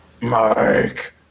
Mike